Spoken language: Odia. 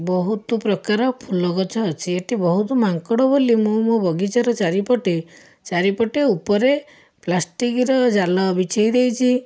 ବହୁତ ପ୍ରକାର ଫୁଲଗଛ ଅଛି ଏଠି ବହୁତ ମାଙ୍କଡ଼ ବୋଲି ମୁଁ ମୋ ବଗିଚାର ଚାରିପଟେ ଚାରିପଟେ ଉପରେ ପ୍ଲାଷ୍ଟିକ୍ର ଜାଲ ବିଛେଇ ଦେଇଛି